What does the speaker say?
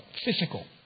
Physical